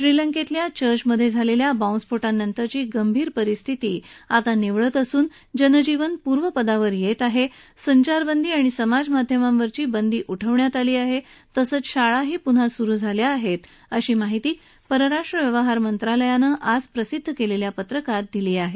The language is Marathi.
श्रीलंकेतल्या चर्चमधे झालेल्या बॉबस्फोटानंतरची गंभीर परिस्थिती निवळत असून जनजीवन पूर्वपदावर येत असून संचारबंदी आणि समाजमाध्यमांवरची बंदी उठवण्यात आली आहे तसंच शाळाही पुन्हा सुरु झाल्या आहेत अशी माहिती परराष्ट्र व्यवहार मंत्रालयानं आज प्रसिद्ध केलेल्या पत्रकात दिली आहे